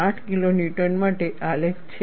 8 kilo newton માટે આલેખ છે